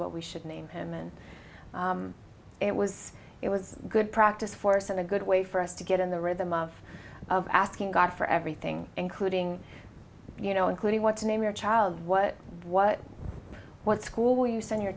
what we should name him and it was it was good practice for us and a good way for us to get in the rhythm of of asking god for everything including you know including what to name your child what what what school will you send your